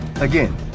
Again